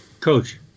Coach